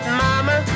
mama